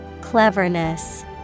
Cleverness